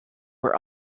were